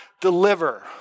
deliver